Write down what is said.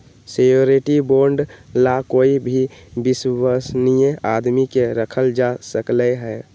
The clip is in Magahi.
श्योरटी बोंड ला कोई भी विश्वस्नीय आदमी के रखल जा सकलई ह